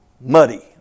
muddy